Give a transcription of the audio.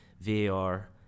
VAR